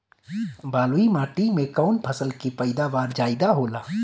बालुई माटी में कौन फसल के पैदावार ज्यादा होला?